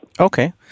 Okay